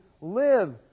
live